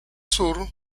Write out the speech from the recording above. sur